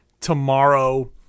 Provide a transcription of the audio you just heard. tomorrow